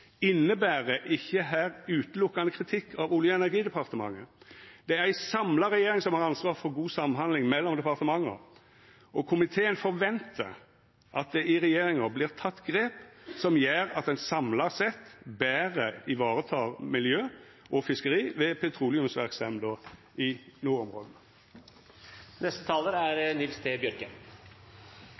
inneber ikkje her eine og åleine kritikk av Olje- og energidepartementet. Det er ei samla regjering som har ansvaret for god samhandling mellom departementa, og komiteen forventar at det i regjeringa vert teke grep som gjer at ein samla sett betre varetek miljø og fiskeri ved petroleumsverksemda i